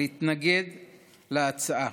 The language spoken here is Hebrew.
להתנגד להצעה,